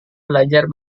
belajar